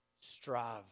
Strive